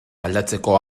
aldatzeko